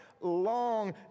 Long